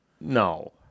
No